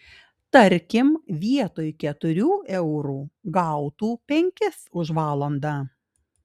tarkim vietoj keturių eurų gautų penkis už valandą